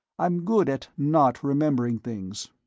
i'm good at not remembering things.